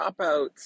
dropouts